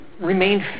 remained